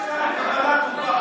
יש שר עם כוונה טובה.